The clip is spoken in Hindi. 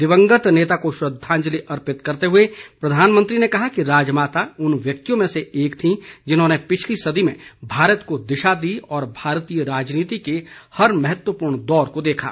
दिवंगत नेता को श्रद्वांजलि अर्पित करते हुए प्रधानमंत्री ने कहा कि राजमाता उन व्यक्तित्वों में से एक थीं जिन्होंने पिछली सदी में भारत को दिशा दी और भारतीय राजनीति के हर महत्वपूर्ण दौर को देखा